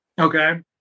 Okay